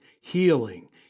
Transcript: healing